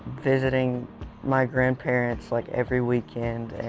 visiting my grandparents like, every weekend, and,